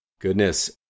Goodness